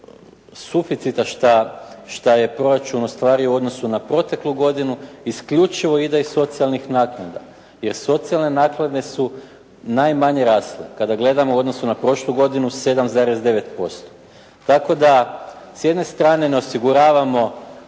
suficita što je proračun ostvario u odnosu na proteklu godinu isključivo ide iz socijalnih naknada, jer socijalne naknade su najmanje rasle. Kada gledamo u odnosu na prošlu godinu 7,9%. Tako da s jedne strane ne osiguravamo